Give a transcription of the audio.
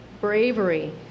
bravery